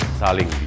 saling